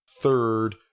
third